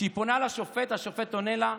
כשהיא פונה לשופט, השופט עונה לה: